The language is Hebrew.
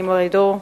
מרידור,